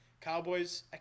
Cowboys